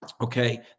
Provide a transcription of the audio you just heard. Okay